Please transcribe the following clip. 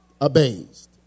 abased